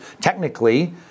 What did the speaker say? technically